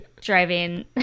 driving